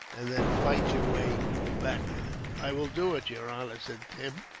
and then fight your way back with it. i will do it, yer honor, said tim,